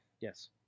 Yes